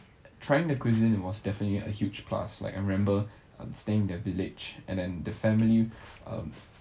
trying the cuisine it was definitely a huge plus like I remember um staying in their village and then the family um